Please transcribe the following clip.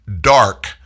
dark